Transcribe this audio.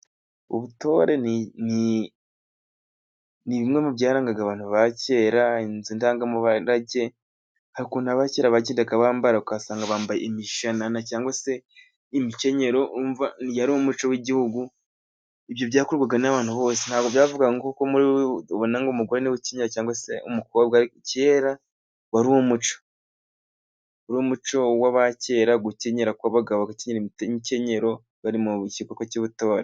Ubutore ni ni ni bimwe mu byarangaga abantu ba kera, inzu ndangamurage. Hari ukuntu abantu ba kera bagendaga bambara ugasanga bambaye imishanana cyangwa se imkenyero urumva yari umuco w'igihugu, ibyo byakorwaga n'abantu bose ntabwo byavuga nkuko muri mubonye umugore wikenyeye cyangwa se umukobwa kera wari umuco. Wari umuco w'abakera gukenyera kw'abagabo imikenyero bari mu kiko cy'ubutore.